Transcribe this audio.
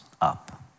up